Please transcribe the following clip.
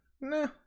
Nah